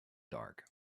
dark